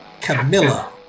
Camilla